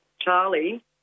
Charlie